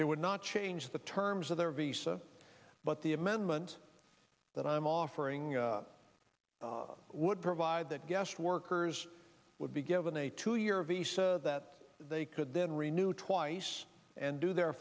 it would not change the terms of their visa but the amendment that i'm offering would provide that guest workers would be given a two year visa that they could then renew twice and do their